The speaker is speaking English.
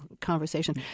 conversation